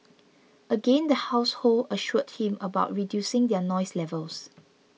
again the household assured him about reducing their noise levels